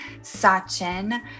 Sachin